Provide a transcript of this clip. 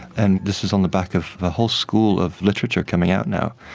and this is on the back of the whole school of literature coming out now,